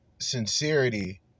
sincerity